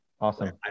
awesome